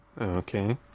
Okay